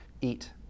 eat